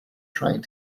trying